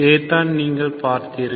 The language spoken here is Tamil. இதைத்தான் நீங்கள் பார்த்தீர்கள்